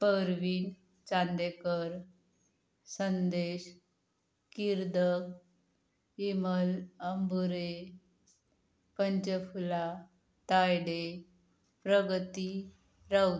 अरविद् चांदेकर संदेश कीर्द इमल अंबुरे पंचफुला तायडे प्रगती राऊ